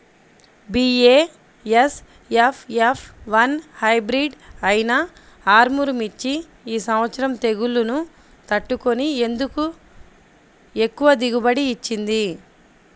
BASF F one hybrid అయినా ఆర్ముర్ మిర్చి ఈ సంవత్సరం తెగుళ్లును తట్టుకొని ఎందుకు ఎక్కువ దిగుబడి ఇచ్చింది?